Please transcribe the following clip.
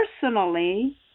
personally